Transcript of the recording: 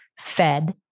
fed